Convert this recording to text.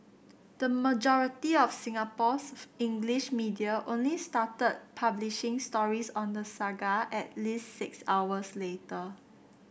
the majority of Singapore's English media only started publishing stories on the saga at least six hours later